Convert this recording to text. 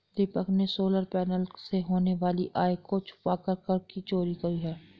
दीपक ने solar panel से होने वाली आय को छुपाकर कर की चोरी की है